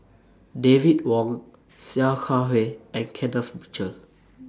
David Wong Sia Kah Hui and Kenneth Mitchell